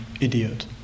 idiot